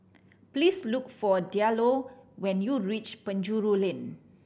please look for Diallo when you reach Penjuru Lane